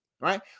Right